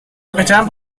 pekerjaan